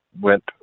went